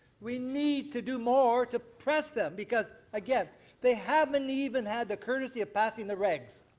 we need to do more to press them because again they haven't even had the courtesy of passing the regs,